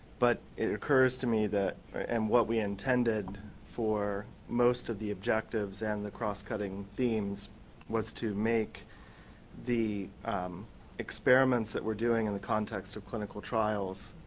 but it occurs to me, and what we intended for most of the objectives and the crosscutting themes was to make the experiments that we are doing in the context of clinical trials